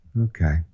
Okay